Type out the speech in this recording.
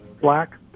black